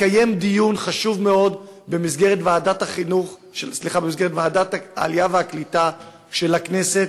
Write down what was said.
התקיים דיון חשוב מאוד במסגרת ועדת העלייה והקליטה של הכנסת.